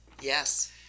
yes